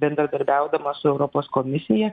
bendradarbiaudama su europos komisija